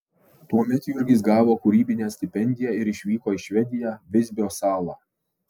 tuomet jurgis gavo kūrybinę stipendiją ir išvyko į švediją visbio salą